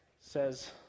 says